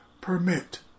permit